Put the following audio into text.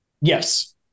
Yes